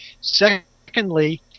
Secondly